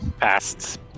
past